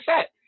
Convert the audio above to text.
set